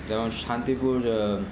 যেমন শান্তিপুর